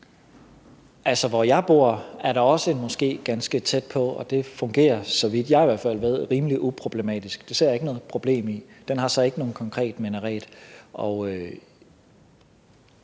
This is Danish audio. Altså, hvor jeg bor, er der også en moské ganske tæt på, og det fungerer, i hvert fald så vidt jeg ved, rimelig uproblematisk. Det ser jeg ikke noget problem i. Den konkrete moské har så ikke nogen minaret.